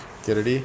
okay ready